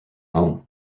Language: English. home